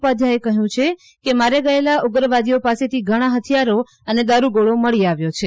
ઉપાધ્યાયે કહેયું કે માર્યા ગયેલા ઉગ્રવાદીઓ પાસેથી ઘણા હથિયારો અને દારૂગોળો મળી આવ્યો છે